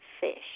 fish